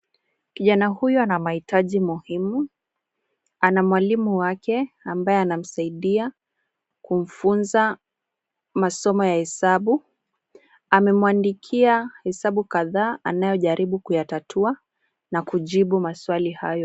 Kijana huyu ana mahitaji muhimu. Ana mwalimu wake ambaye anamsaidia kumfunza masomo ya hesabu . Amemuandikia hesabu kadhaa anayojaribu kuyatatua na kujibu maswali hayo.